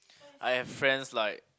I have friends like